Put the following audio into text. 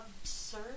absurd